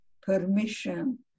permission